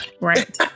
right